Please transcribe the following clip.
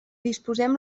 disposem